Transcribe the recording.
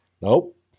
nope